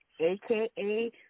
aka